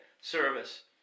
service